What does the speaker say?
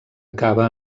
acaba